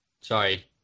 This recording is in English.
Sorry